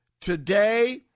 today